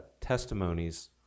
testimonies